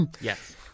Yes